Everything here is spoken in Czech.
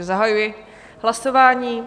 Zahajuji hlasování.